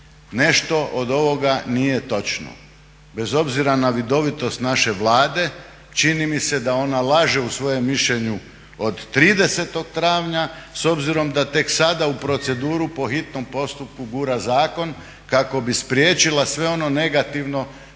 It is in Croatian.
Nešto od ovoga nije točno. Bez obzira na vidovitost naše Vlade čini mi se da ona laže u svojem mišljenju od 30. travnja s obzirom da tek sada u proceduru po hitnom postupku gura zakon kako bi spriječila sve ono negativno